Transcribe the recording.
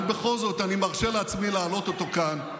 אבל בכל זאת אני מרשה לעצמי להעלות אותו כאן.